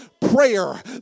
prayer